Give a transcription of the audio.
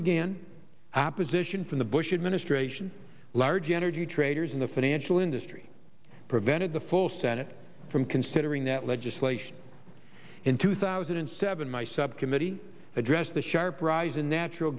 again opposition from the bush administration large energy traders in the financial industry prevented the full senate from considering that legislation in two thousand and seven my subcommittee addressed the sharp rise in natural